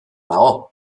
nago